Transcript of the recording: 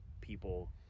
people